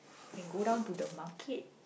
and go down to the market